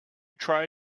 try